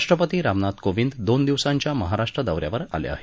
राष्ट्रपती रामनाथ कोविंद दोन दिवसांच्या महाराष्ट्र दौऱ्यावर आले आहेत